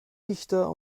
dichter